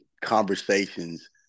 conversations